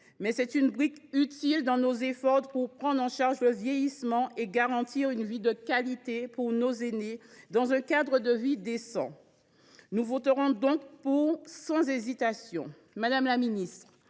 mais celle ci est utile dans nos efforts pour prendre en charge le vieillissement et garantir une vie de qualité à nos aînés, dans un cadre de vie décent. Nous voterons donc pour, sans hésitation. Madame la ministre,